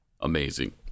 Amazing